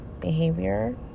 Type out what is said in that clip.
behavior